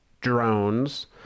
drones